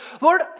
Lord